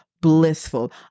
blissful